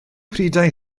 prydau